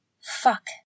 Fuck